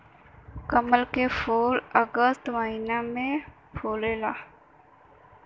कमल के फूल अगस्त महिना में फुलला